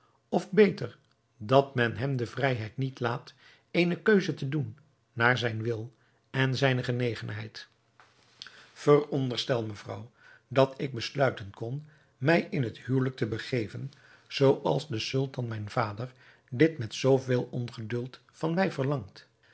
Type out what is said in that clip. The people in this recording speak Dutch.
of beter dat men hem de vrijheid niet laat eene keus te doen naar zijn wil en zijne genegenheid veronderstel mevrouw dat ik besluiten kon mij in het huwelijk te begeven zooals de sultan mijn vader dit met zoo veel ongeduld van mij verlangt